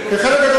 חלק גדול.